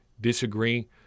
Disagree